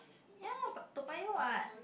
ya but Toa-Payoh what